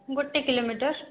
ଗୋଟେ କିଲୋମିଟର୍